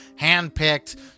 handpicked